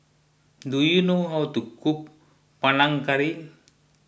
do you know how to cook Panang Curry